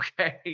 Okay